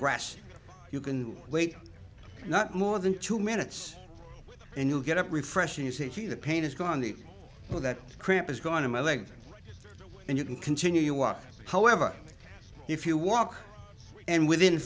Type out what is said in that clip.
grass you can wait not more than two minutes and you get up refreshing you see the pain is gone the more that cramp is gone in my leg and you can continue on however if you walk and within